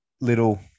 Little